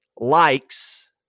likes